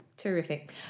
Terrific